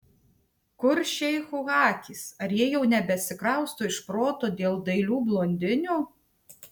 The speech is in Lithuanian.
kur šeichų akys ar jie jau nebesikrausto iš proto dėl dailių blondinių